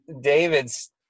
David's